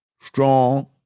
strong